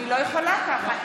אני לא יכולה ככה.